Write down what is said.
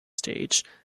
stage